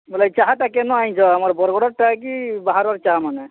ବୋଇଲେ ଚାହାଟା କେନୁଁ ଆନିଛ ବରଗଡ଼ର୍ ଚାହା କି ବାହାରର୍ ଚାହା ମାନେ